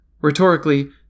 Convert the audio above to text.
Rhetorically